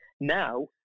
now